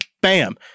bam